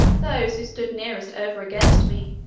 those who stood nearest over against me,